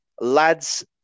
lads